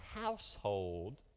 household